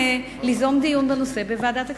ליזום דיון בנושא בוועדת הכספים.